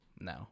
No